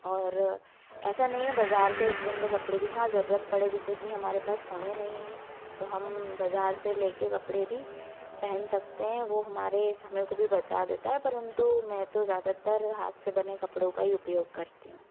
और ऐसा नहीं है बाजार से एक बण्डल कपड़े भी हाँ जरूरत पड़े जैसे कि हमारे पास समय नहीं है तो हम बाजार से लेके कपड़े भी पहन सकते हैं वो हमारे समय को भी बच्चा देता है परंतु मैं तो ज़्यादातर हाथ से बने कपड़ों का उपयोग करती हूँ